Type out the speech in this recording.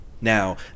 Now